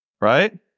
Right